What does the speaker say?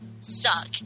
suck